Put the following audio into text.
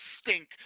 stink